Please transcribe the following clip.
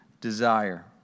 desire